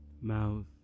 Mouth